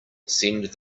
send